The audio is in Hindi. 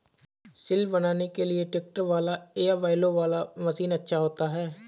सिल बनाने के लिए ट्रैक्टर वाला या बैलों वाला मशीन अच्छा होता है?